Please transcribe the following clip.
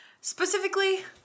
Specifically